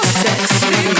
sexy